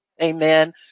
Amen